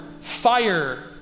fire